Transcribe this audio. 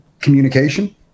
communication